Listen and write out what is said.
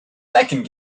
second